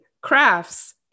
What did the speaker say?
crafts